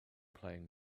playing